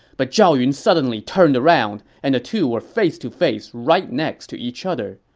but zhao yun suddenly turned around, and the two were face to face right next to each other.